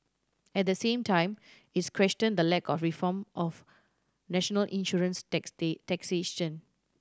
at the same time its questioned the lack of reform of national insurance taxation